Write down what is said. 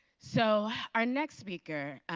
so our next speaker